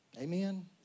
Amen